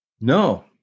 No